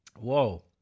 Whoa